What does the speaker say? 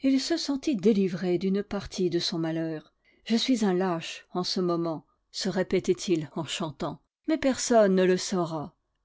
et il se sentit délivré d'une partie de son malheur je suis un lâche en ce moment se répétait-il en chantant mais personne ne le saura